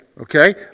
okay